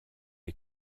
est